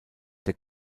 der